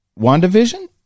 WandaVision